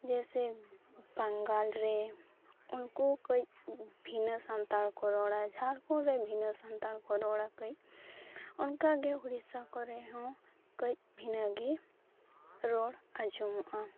ᱡᱮᱭᱥᱮ ᱵᱟᱝᱜᱟᱞ ᱨᱮ ᱩᱱᱠᱩ ᱠᱟᱹᱡ ᱵᱷᱤᱱᱟᱹ ᱥᱟᱱᱛᱟᱲᱠᱚ ᱨᱚᱲᱟ ᱡᱷᱟᱲᱠᱷᱚᱸᱰᱨᱮ ᱵᱷᱤᱱᱟᱹ ᱥᱟᱱᱛᱟᱲᱠᱚ ᱨᱚᱲᱟ ᱠᱟᱹᱡ ᱚᱱᱠᱟᱜᱮ ᱩᱲᱤᱥᱥᱟ ᱠᱚᱨᱮᱦᱚᱸ ᱠᱟᱹᱡ ᱵᱷᱤᱱᱟᱹᱜᱮ ᱨᱚᱲ ᱟᱸᱡᱚᱢᱚᱜᱼᱟ